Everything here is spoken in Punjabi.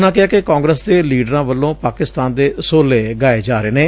ਉਨ੍ਹਾਂ ਕਿਹਾ ਕਿ ਕਾਂਗਰਸ ਦੇ ਲੀਡਰਾਂ ਵਲੋਂ ਪਾਕਿਸਤਾਨ ਦੇ ਸੋਹਲੇ ਗਾਏ ਜਾ ਰਹੇ ਨੇ